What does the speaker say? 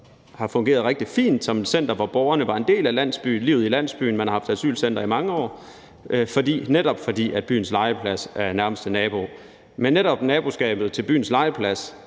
har fungeret rigtig fint som et center, hvor beboerne var en del af livet i landsbyen – man har haft asylcenter dér i mange år – netop fordi byens legeplads er nærmeste nabo. Men netop naboskabet til byens legeplads